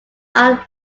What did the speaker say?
are